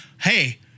Hey